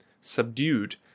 subdued